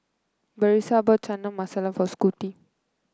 Brisa bought Chana Masala for Scotty